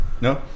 No